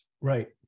Right